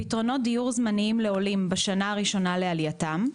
פתרונות דיור זמניים לעולים בשנה הראשונה לעלייתם,